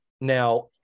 now